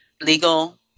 legal